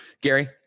Gary